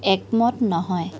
একমত নহয়